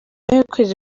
y’ukwezi